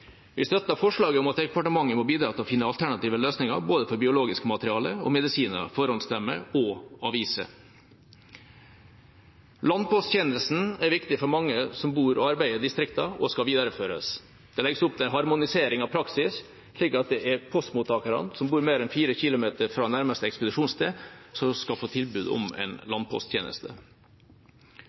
Vi støtter forslaget om at departementet må bidra til å finne alternative løsninger for både biologisk materiale, medisiner, forhåndsstemmer og aviser. Landposttjenesten er viktig for mange som bor og arbeider i distriktene, og den skal videreføres. Det legges opp til en harmonisering av praksis, slik at det er postmottakere som bor mer enn 4 km fra nærmeste ekspedisjonssted, som skal få tilbud om en landposttjeneste.